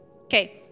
Okay